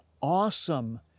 awesome